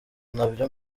nabyo